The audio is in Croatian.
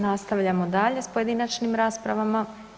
Nastavljamo dalje s pojedinačnim rasprava.